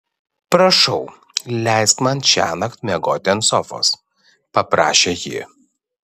prašau leisk man šiąnakt miegoti ant sofos paprašė ji